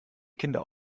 kinder